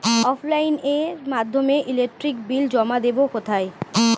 অফলাইনে এর মাধ্যমে ইলেকট্রিক বিল জমা দেবো কোথায়?